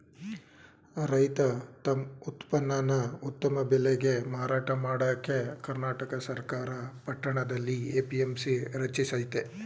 ರೈತ ತಮ್ ಉತ್ಪನ್ನನ ಉತ್ತಮ ಬೆಲೆಗೆ ಮಾರಾಟ ಮಾಡಕೆ ಕರ್ನಾಟಕ ಸರ್ಕಾರ ಪಟ್ಟಣದಲ್ಲಿ ಎ.ಪಿ.ಎಂ.ಸಿ ರಚಿಸಯ್ತೆ